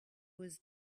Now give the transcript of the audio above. was